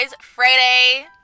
Friday